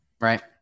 right